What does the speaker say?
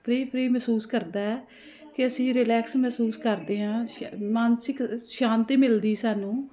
free free ਮਹਿਸੂਸ ਕਰਦਾ ਕਿ ਅਸੀਂ ਰਿਲੈਕਸ ਮਹਿਸੂਸ ਕਰਦੇ ਹਾਂ ਸ਼ਾ ਮਾਨਸਿਕ ਸ਼ਾਂਤੀ ਮਿਲਦੀ ਸਾਨੂੰ